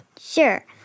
Sure